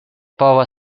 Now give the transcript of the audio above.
povas